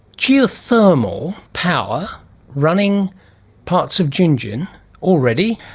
geothermal power running parts of gingin already?